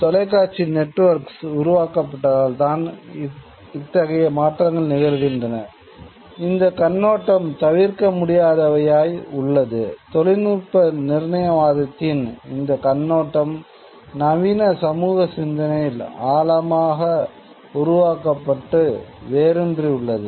தொலைக்காட்சி இந்த கண்ணோட்டம் நவீன சமூக சிந்தனையில் ஆழமாக உருவாக்கப்பட்டு வேரூன்றி உள்ளது